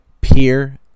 peer